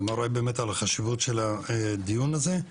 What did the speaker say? זה מראה באמת על החשיבות של הדיון הזה.